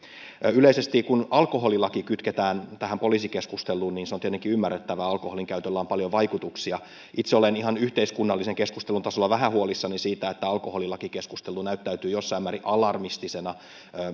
yleisesti kun alkoholilaki kytketään tähän poliisikeskusteluun se on tietenkin ymmärrettävää alkoholinkäytöllä on paljon vaikutuksia itse olen ihan yhteiskunnallisen keskustelun tasolla vähän huolissani siitä että alkoholilakikeskustelu näyttäytyy jossain määrin alarmistisena